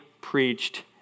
preached